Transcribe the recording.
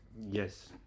yes